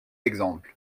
exemples